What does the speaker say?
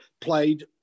played